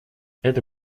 это